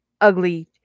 ugly